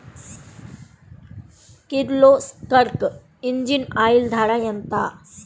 Kirloskar engine oil ధర ఎంత?